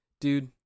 dude